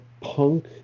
punk